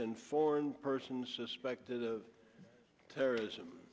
and foreign persons suspected of terrorism